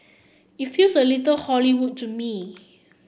it feels a little Hollywood to me